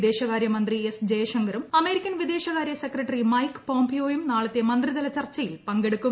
വിദേശകാര്യ മന്ത്രി എസ് ജയശങ്കറും അമേരിക്കൻ വിദേശകാര്യ സെക്രട്ടറ്റി ഒമ്മെക് പോംപിയോയും നാളത്തെ മന്ത്രിതല ചർച്ചയിൽ പ്രക്കെടുക്കും